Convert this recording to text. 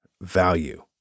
value